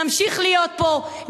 נמשיך להיות פה,